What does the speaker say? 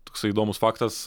toksai įdomus faktas